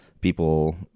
people